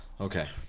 Okay